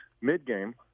Mid-game